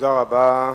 תודה רבה.